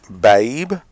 babe